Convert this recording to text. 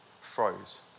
froze